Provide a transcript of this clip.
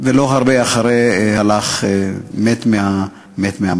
ולא הרבה אחרי זה מת מהמחלה.